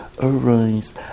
arise